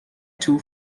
two